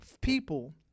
people